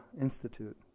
Institute